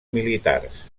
militars